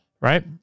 right